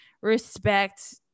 respect